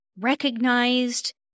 recognized